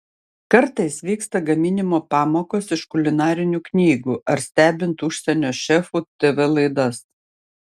kartais vyksta gaminimo pamokos iš kulinarinių knygų ar stebint užsienio šefų tv laidas